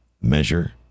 measure